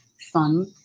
fun